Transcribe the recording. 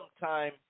time